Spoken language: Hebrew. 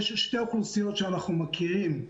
יש שתי אוכלוסיות שאנחנו מכירים,